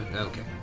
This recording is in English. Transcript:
Okay